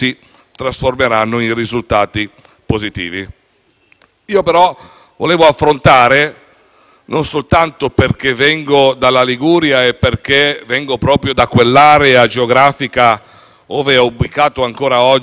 Io però vorrei affrontare un tema non soltanto perché vengo dalla Liguria e proprio da quell'area geografica ove è ubicato ancora oggi l'ex stabilimento Stoppani. È